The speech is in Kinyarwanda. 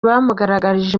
bamugaragarije